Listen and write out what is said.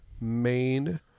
main